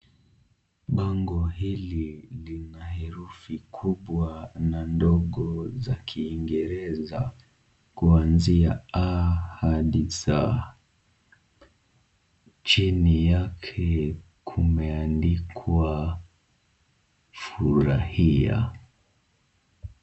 Bango hili lina herufi kubwa na ndogo za Kiingereza kuanzia a hadi z. Chini yake kumeandikwa furahia.